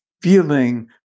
feeling